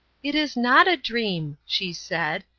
it is not a dream! she said,